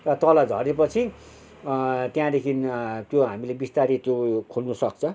र तल झरे पछि त्यहाँदेखि त्यो हामीले विस्तारि त्यो खोल्नुसक्छ